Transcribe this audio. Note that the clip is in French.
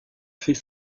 fait